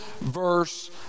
verse